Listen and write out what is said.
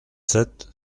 sept